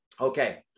Okay